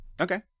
Okay